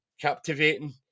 captivating